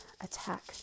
attack